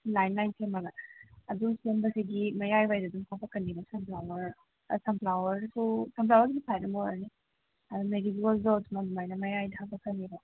line line ꯁꯦꯝꯃꯒ ꯑꯗꯨ ꯁꯦꯝꯕꯁꯤꯗꯤ ꯃꯌꯥꯏ ꯋꯥꯏꯗ ꯑꯗꯨꯝ ꯍꯥꯞꯄꯛꯀꯅꯦꯕ ꯁꯟꯐ꯭ꯂꯥꯋꯥꯔ ꯑꯥ ꯁꯟꯐ꯭ꯂꯥꯋꯥꯔꯁꯨ ꯁꯟꯐ꯭ꯂꯥꯋꯥꯔꯒꯤꯗꯤ ꯁꯥꯏꯠ ꯑꯃ ꯑꯣꯏꯔꯅꯤ ꯑꯥ ꯃꯦꯔꯤꯒꯣꯜꯗꯣ ꯑꯗꯨꯃꯥꯏꯅ ꯃꯌꯥꯏꯗ ꯍꯥꯄꯛꯀꯅꯦꯕ